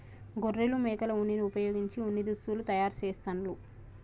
గొర్రెలు మేకల ఉన్నిని వుపయోగించి ఉన్ని దుస్తులు తయారు చేస్తాండ్లు